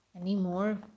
anymore